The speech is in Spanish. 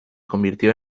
convirtió